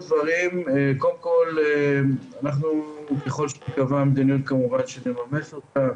קודם כל, ככל שתיקבע המדיניות כמובן שנממש אותה,